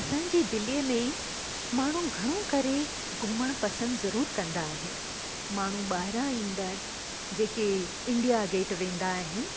असांजी दिल्लीअ में ई माण्हू घणो करे घुमणु पसंदि ज़रूरु कंदा आहिनि माण्हू ॿाहिरां ईंदड़ु जेके इंडिया गेट वेंदा आहिनि